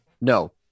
No